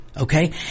Okay